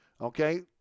okay